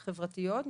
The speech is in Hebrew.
חברתיות,